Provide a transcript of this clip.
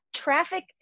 Traffic